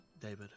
David